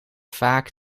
vaak